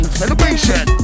celebration